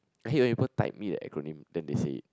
I hate when people type me the acronym then they say it